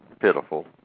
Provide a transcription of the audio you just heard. pitiful